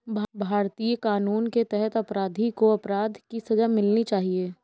भारतीय कानून के तहत अपराधी को अपराध की सजा मिलनी चाहिए